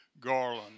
Garland